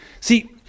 See